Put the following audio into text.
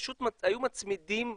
פשוט היו מצמידים מתורגמן,